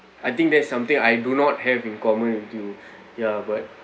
I think that's something I do not have in common with you ya but